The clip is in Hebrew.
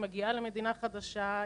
היא מגיעה למדינה חדשה,